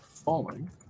Falling